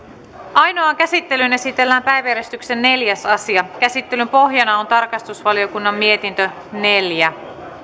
ainoaan käsittelyyn esitellään päiväjärjestyksen neljäs asia käsittelyn pohjana on tarkastusvaliokunnan mietintö neljä